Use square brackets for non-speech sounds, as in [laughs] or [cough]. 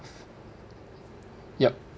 yup [laughs]